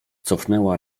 cofnęła